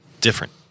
different